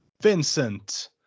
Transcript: Vincent